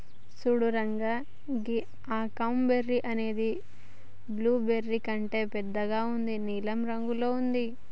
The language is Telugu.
సూడు రంగా గీ అకాయ్ బెర్రీ అనేది బ్లూబెర్రీ కంటే బెద్దగా ఉండి నీలం రంగులో ఉంటుంది